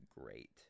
great